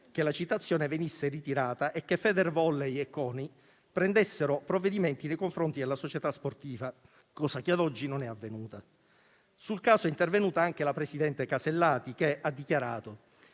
che la citazione venisse ritirata e che Federvolley e CONI prendessero provvedimenti nei confronti della società sportiva, cosa che ad oggi non è avvenuta. Sul caso è intervenuta anche la presidente Alberti Casellati, che ha dichiarato: